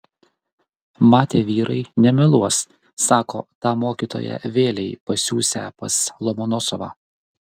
matė vyrai nemeluos sako tą mokytoją vėlei pasiųsią pas lomonosovą